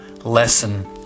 lesson